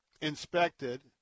inspected